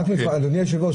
אדוני היושב-ראש,